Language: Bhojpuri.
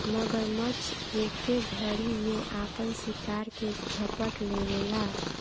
मगरमच्छ एके घरी में आपन शिकार के झपट लेवेला